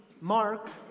Mark